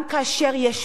פירוק חברות,